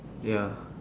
ya